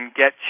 get